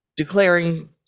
Declaring